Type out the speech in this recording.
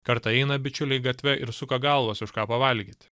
kartą eina bičiuliai gatve ir suka galvas už ką pavalgyt